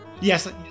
yes